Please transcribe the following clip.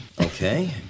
Okay